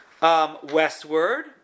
Westward